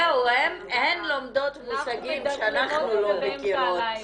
הן לומדות מושגים שאנחנו לא מכירות.